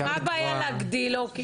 מה הבעיה להגדיל לו?